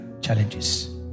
challenges